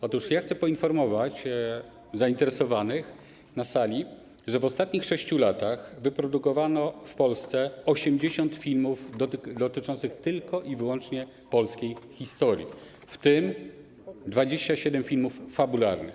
Otóż chcę poinformować zainteresowanych na sali, że w ostatnich 6 latach wyprodukowano w Polsce 80 filmów dotyczących wyłącznie polskiej historii, w tym 27 filmów fabularnych.